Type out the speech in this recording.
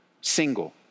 single